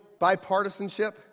bipartisanship